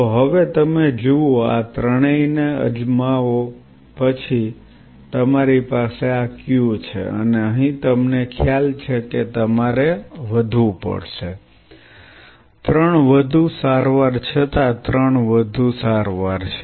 તો હવે તમે જુઓ આ ત્રણેયને અજમાવો પછી તમારી પાસે આ Q છે અને અહીં તમને ખ્યાલ છે કે તમારે વધવું પડશે ત્રણ વધુ સારવાર છતાં ત્રણ વધુ સારવાર છે